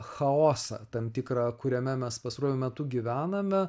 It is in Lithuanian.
chaosą tam tikrą kuriame mes pastaruoju metu gyvename